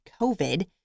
COVID